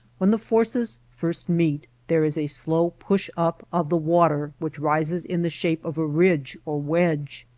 when the forces first meet there is a slow push-up of the water which rises in the shape of a ridge or wedge.